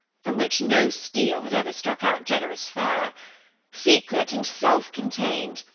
from which no steel had ever struck out generous fire secret, and self-contained,